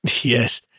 Yes